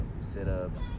sit-ups